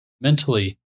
mentally